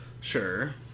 Sure